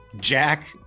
Jack